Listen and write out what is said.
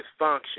dysfunction